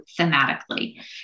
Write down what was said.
thematically